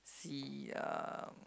see um